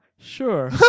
sure